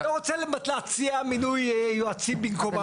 אני לא רוצה באמת להציע מינוי יועצים במקומם.